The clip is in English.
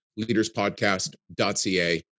leaderspodcast.ca